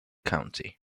county